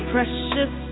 Precious